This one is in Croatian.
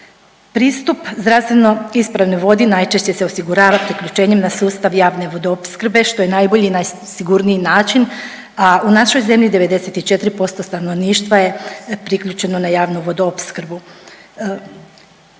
Pristup zdravstveno ispravnoj vodi najčešće se osigurava priključenjem na sustav javne vodoopskrbe što je najbolji i najsigurniji način, a u našoj zemlji 94% stanovništva je priključeno na javnu vodoopskrbu,